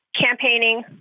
campaigning